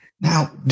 Now